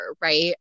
right